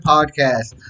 Podcast